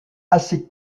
assez